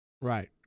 right